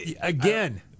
Again